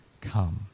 come